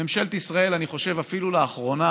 ממשלת ישראל, אני חושב שאפילו לאחרונה